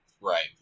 right